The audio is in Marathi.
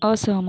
असहमत